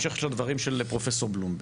בהמשך לדברים של פרופסור בלומברג,